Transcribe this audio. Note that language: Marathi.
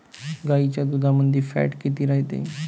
गाईच्या दुधामंदी फॅट किती रायते?